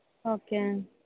okay